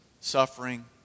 suffering